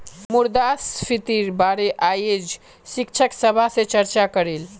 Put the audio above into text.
मुद्रास्फीतिर बारे अयेज शिक्षक सभा से चर्चा करिल